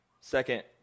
second